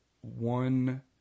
one